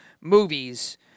movies